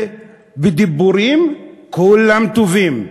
ובדיבורים כולם טובים.